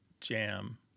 jam